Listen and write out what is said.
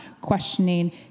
questioning